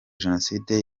jenoside